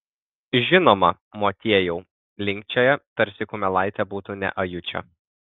žinoma motiejau linkčioja tarsi kumelaitė būtų ne ajučio